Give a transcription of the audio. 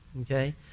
Okay